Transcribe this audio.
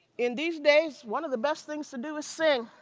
in these day, one of the best things to do is sing.